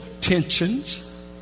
tensions